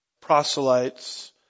proselytes